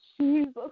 Jesus